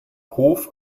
hof